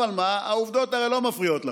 אבל מה, העובדות האלה לא מפריעות לכם,